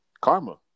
karma